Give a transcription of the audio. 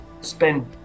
spend